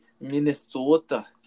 Minnesota